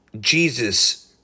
Jesus